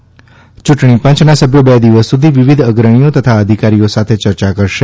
યૂંટણીપંચના સભ્યો બે દિવસ સુધી વિવિધ અગ્રણીઓ તથા અધિકારીઓ સાથે ચર્ચા કરશે